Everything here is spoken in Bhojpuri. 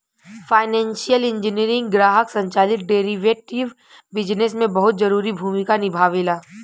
फाइनेंसियल इंजीनियरिंग ग्राहक संचालित डेरिवेटिव बिजनेस में बहुत जरूरी भूमिका निभावेला